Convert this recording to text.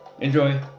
Enjoy